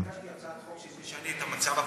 אני הגשתי הצעת חוק שתשנה את המצב,